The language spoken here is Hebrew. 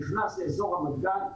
נכנס לאזור רמת-גן,